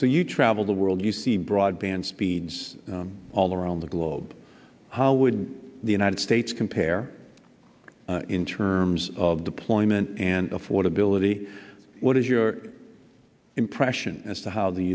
so you travel the world you see broadband speeds all around the globe how would the united states compare in terms of deployment and affordability what is your impression as to how the